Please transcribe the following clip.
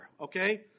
okay